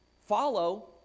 follow